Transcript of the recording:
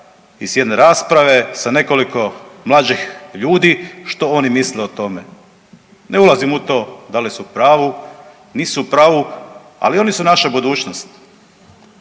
iz jedne rasprave sa nekoliko mlađih ljudi, što oni misle o tome. Ne ulazim u to da li su u pravu, nisu u pravu, ali oni su naša budućnost.